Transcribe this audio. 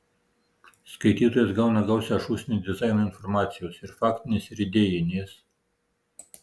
skaitytojas gauna gausią šūsnį dizaino informacijos ir faktinės ir idėjinės